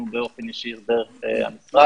זה לא הגיע אלינו באופן ישיר דרך המשרד,